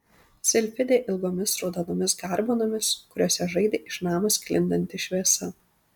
silfidę ilgomis raudonomis garbanomis kuriuose žaidė iš namo sklindanti šviesa